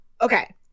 Okay